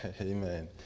Amen